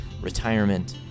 retirement